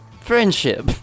friendship